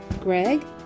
greg